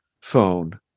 phone